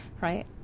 right